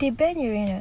they ban uranus